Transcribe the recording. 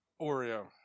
Oreo